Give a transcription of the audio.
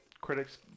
Critics